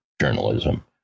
journalism